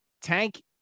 tank